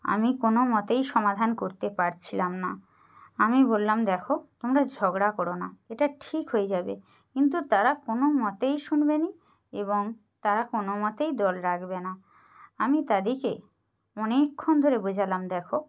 আমি কোনো মতেই সমাধান করতে পারছিলাম না আমি বললাম দেখো তোমরা ঝগড়া কোরো না এটা ঠিক হয়ে যাবে কিন্তু তারা কোনো মতেই শুনবেনি এবং তারা কোনো মতেই দল রাখবে না আমি তাদেরকে অনেকক্ষণ ধরে বোঝালাম দেখো